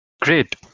Great